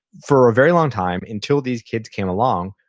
for a very long time until these kids came along,